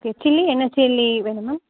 okay chilli என்ன chilli வேணும் ma'am